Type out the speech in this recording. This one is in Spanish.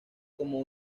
como